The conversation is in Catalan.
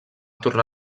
tornar